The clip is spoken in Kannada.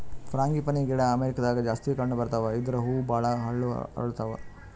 ಫ್ರಾಂಗಿಪನಿ ಗಿಡ ಅಮೇರಿಕಾದಾಗ್ ಜಾಸ್ತಿ ಕಂಡಬರ್ತಾವ್ ಇದ್ರ್ ಹೂವ ಭಾಳ್ ಹಳ್ಳು ಅರಳತಾವ್